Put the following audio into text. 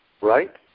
right